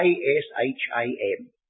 A-S-H-A-M